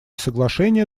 соглашения